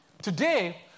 Today